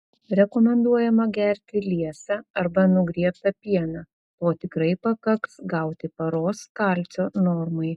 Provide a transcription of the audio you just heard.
rekomenduojama gerti liesą arba nugriebtą pieną to tikrai pakaks gauti paros kalcio normai